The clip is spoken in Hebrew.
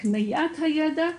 הקניית הידע,